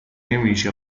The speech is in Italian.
nemici